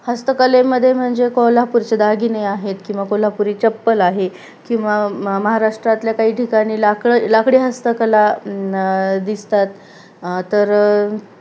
हस्तकलेमध्ये म्हणजे कोल्हापूरचे दागिने आहेत किंवा कोल्हापुरी चप्पल आहे किंवा म महाराष्ट्रातल्या काही ठिकाणी लाकडं लाकडी हस्तकला दिसतात तर